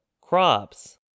crops